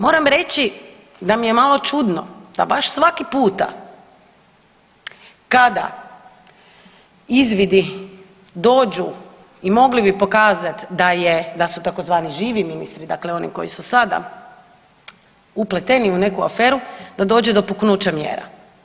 Moram reći da mi je malo čudno da baš svaki puta kada izvidi dođu i mogli bi pokazat da je, da su tzv. živi ministri, dakle oni koji su sada upleteni u neku aferu da dođe do puknuća mjera.